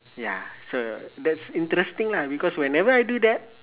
ya so that's interesting lah because whenever I do that